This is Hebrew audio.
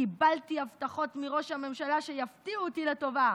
קיבלתי הבטחות מראש הממשלה שיפתיעו אותי לטובה.